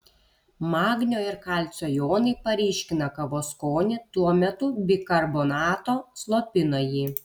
magnio ir kalcio jonai paryškina kavos skonį tuo metu bikarbonato slopina jį